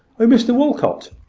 oh, mr walcot!